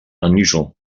unusual